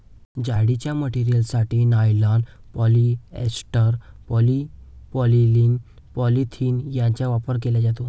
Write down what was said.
जाळीच्या मटेरियलसाठी nylon, polyester, polypropylene, polyethylene यांचा वापर केला जातो